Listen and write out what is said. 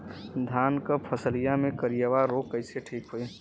धान क फसलिया मे करईया रोग कईसे ठीक होई?